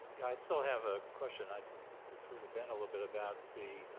yeah i still have a question. i defer to ben a little bit about the